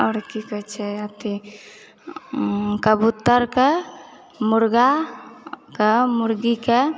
आओर की कहै छै अथी कबूत्तरके मुर्गाके मुर्गीके